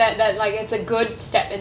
that that like it's a good step in